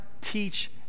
teach